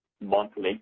monthly